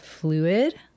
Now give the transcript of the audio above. fluid